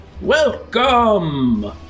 Welcome